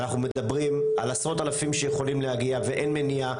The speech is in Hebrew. ואנחנו מדברים על עשרות אלפים שיכולים להגיע ואין מניעה,